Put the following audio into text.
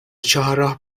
چهارراه